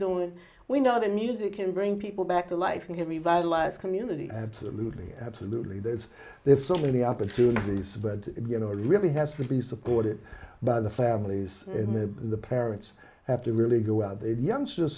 doing we know that music can bring people back to life again revitalize community absolutely absolutely that there's so many opportunities but you know really has to be supported by the families and the parents have to really go out there youngsters